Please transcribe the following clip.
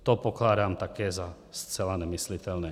To pokládám také za zcela nemyslitelné.